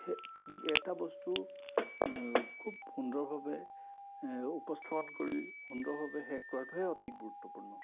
সেই এটা বস্তু খুব সুন্দৰভাৱে উপস্থাপন কৰি সুন্দৰভাৱে শেষ কৰাটোহে অতি গুৰুত্বপূৰ্ণ